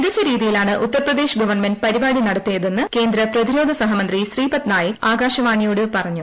മികച്ച രീതിയിലാണ് ഉത്തർപ്രദേശ് ഗവൺമെന്റ് പരിപാടി നടത്തിയതെന്ന് കേന്ദ്ര പ്രതിരോധ സഹമന്ത്രി ശ്രീപദ്നായിക് ആകാശവാണിയോട് പറഞ്ഞു